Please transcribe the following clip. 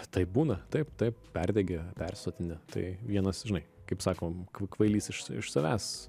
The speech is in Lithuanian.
tai būna taip taip perdegi persisotini tai vienas žinai kaip sakom kvailys iš iš savęs